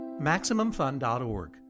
MaximumFun.org